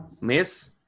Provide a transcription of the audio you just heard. miss